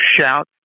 shout